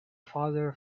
father